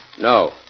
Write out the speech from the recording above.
No